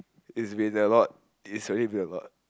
is been a lot is already been a lot